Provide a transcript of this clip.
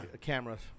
cameras